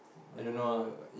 I don't know ah